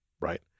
Right